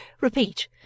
repeat